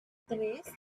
tres